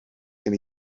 gen